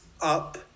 up